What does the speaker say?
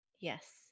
Yes